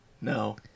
No